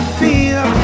feel